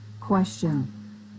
question